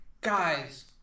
guys